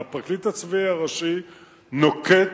הפרקליט הצבאי הראשי נוקט,